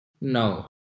No